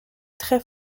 très